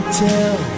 tell